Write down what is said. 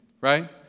right